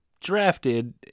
drafted